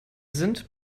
sind